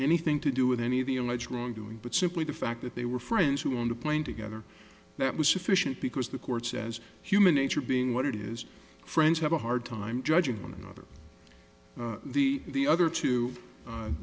anything to do with any of the alleged wrongdoing but simply the fact that they were friends who were on the plane together that was sufficient because the court says human nature being what it is friends have a hard time judging one another the the other two